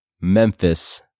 Memphis